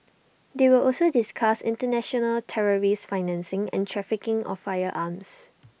they will also discuss International terrorist financing and trafficking of firearms